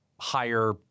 higher